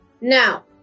Now